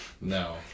No